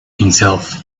himself